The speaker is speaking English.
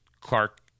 Clark